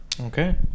Okay